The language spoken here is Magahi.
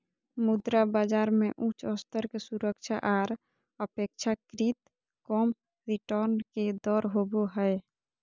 मुद्रा बाजार मे उच्च स्तर के सुरक्षा आर अपेक्षाकृत कम रिटर्न के दर होवो हय